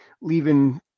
leaving